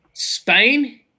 Spain